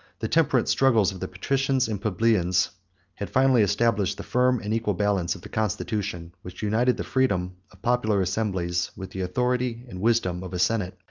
the temperate struggles of the patricians and plebeians had finally established the firm and equal balance of the constitution which united the freedom of popular assemblies, with the authority and wisdom of a senate,